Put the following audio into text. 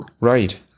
Right